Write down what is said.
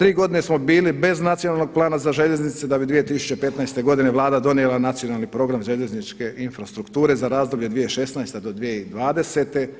3 godine smo bili bez nacionalnog plana za željeznice da bi 2015. godine Vlada donijela nacionalni program željezničke infrastrukture za razdoblje 2016.-2020.